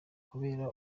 kubera